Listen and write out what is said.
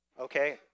Okay